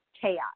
chaos